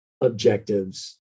objectives